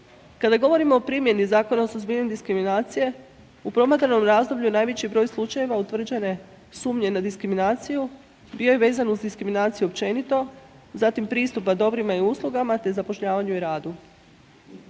Kada govorimo o primjeni Zakona o suzbijanju diskriminacije u promatranom razdoblju najveći broj slučajeva utvrđene sumnje na diskriminaciju bio je vezan uz diskriminaciju općenito, zatim pristupa dobrima i uslugama te zapošljavanju i radu.